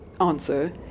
answer